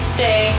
Stay